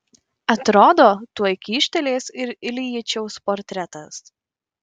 atrodo tuoj kyštelės ir iljičiaus portretas